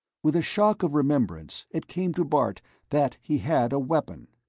with a shock of remembrance, it came to bart that he had a weapon.